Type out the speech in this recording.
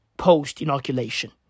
Post-inoculation